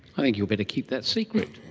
i think you'd better keep that secret.